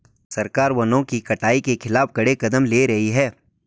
सरकार वनों की कटाई के खिलाफ कड़े कदम ले रही है